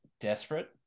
desperate